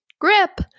Grip